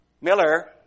Miller